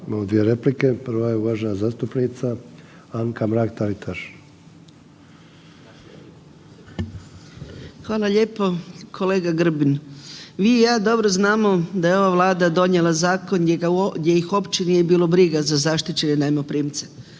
Imamo dvije replike, prva je uvažena zastupnica Anka Mrak-Taritaš. **Mrak-Taritaš, Anka (GLAS)** Hvala lijepo kolega Grbin. Vi i ja dobro znamo da je ova Vlada donijela zakon gdje ih uopće nije bilo briga za zaštićene najmoprimce.